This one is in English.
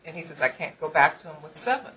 and he says i can't go back to seven